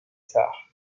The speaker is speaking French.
tard